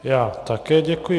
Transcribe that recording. Já také děkuji.